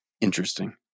interesting